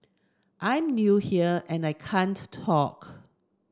I'm new here and I can't talk